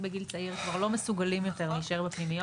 בגיל צעיר כבר לא מסוגלים יותר להישאר בפנימיות.